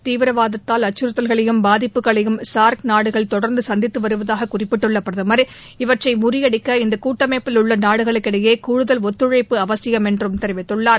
தீவிரவாதத்தால் அச்சுறுத்தல்களையும் பாதிப்புகளையும் சார்க் நாடுகள் தொடர்ந்து சந்தித்து வருவதாக குறிப்பிட்டுள்ள பிரதமர் இவற்றை முறியடிக்க இந்த கூட்டமைப்பில் உள்ள நாடுகளுக்கு இடையே கூடுதல் ஒத்துழைப்பு அவசியம் என்று தெரிவித்துள்ளார்